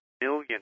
million